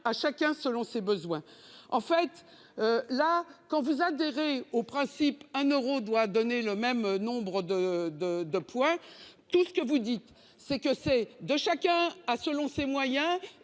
à chacun selon ses besoins en fait. Là quand vous adhérez au principe un euro doit donner le même nombre de de 2 points. Tout ce que vous dites, c'est que c'est de chacun a selon ses moyens